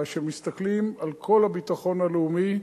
אלא כשמסתכלים על כל הביטחון הלאומי,